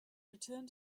returned